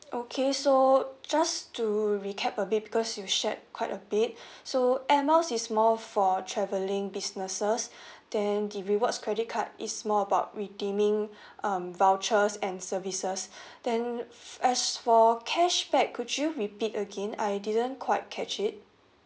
okay so just to recap a bit because you've shared quite a bit so air miles is more for travelling businesses then the rewards credit card is more about redeeming um vouchers and services then as for cashback could you repeat again I didn't quite catch it